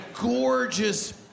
gorgeous